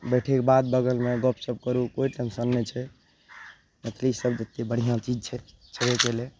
बैठयके बाद बगलमे गपशप करू कोइ टेंसन नहि छै मैथिली शब्द एते बढ़िआँ चीज छै छेबे कयलइ